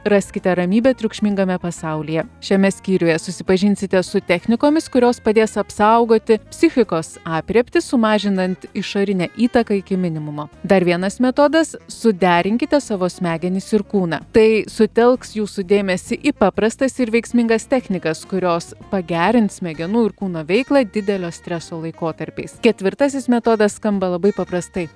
raskite ramybę triukšmingame pasaulyje šiame skyriuje susipažinsite su technikomis kurios padės apsaugoti psichikos aprėptį sumažinant išorinę įtaką iki minimumo dar vienas metodas suderinkite savo smegenys ir kūną tai sutelks jūsų dėmesį į paprastas ir veiksmingas technikas kurios pagerins smegenų ir kūno veiklą didelio streso laikotarpiais ketvirtasis metodas skamba labai paprastai